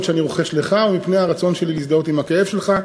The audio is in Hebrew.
שאני רוחש לך ומפני הרצון שלי להזדהות עם הכאב שלך.